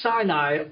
Sinai